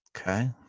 Okay